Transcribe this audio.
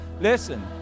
Listen